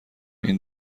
این